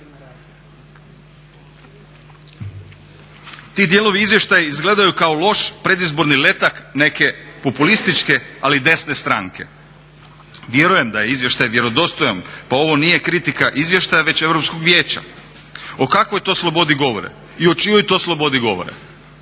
Ti dijelovi izvještaja izgledaju kao loš predizborni letak neke populističke ali desne stranke. Vjerujem da je izvještaj vjerodostojan pa ovo nije kritika izvještaja već Europskog vijeća. O kakvoj to slobodi govore i o čijoj to slobodi govore?